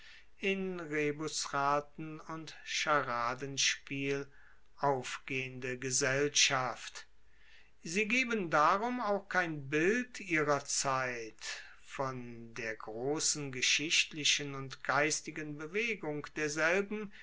in rebusraten und scharadenspiel aufgehende gesellschaft sie geben darum auch kein bild ihrer zeit von der grossen geschichtlichen und geistigen bewegung derselben